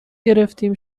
گرفتیم